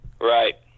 Right